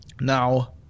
Now